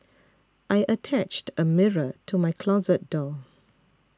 I attached a mirror to my closet door